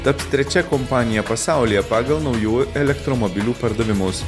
taps trečia kompanija pasaulyje pagal naujų elektromobilių pardavimus